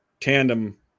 tandem